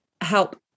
help